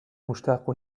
مشتاق